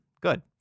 Good